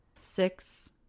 Six